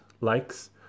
likes